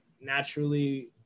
naturally